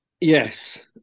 Yes